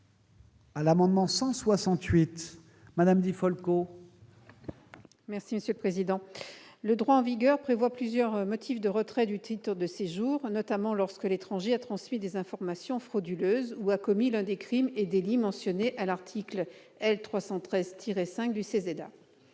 La parole est à Mme Catherine Di Folco. Le droit en vigueur prévoit plusieurs motifs de retrait du titre de séjour, notamment lorsque l'étranger a transmis des informations frauduleuses ou a commis l'un des crimes et délits mentionnés à l'article L. 313-5 du code